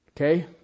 Okay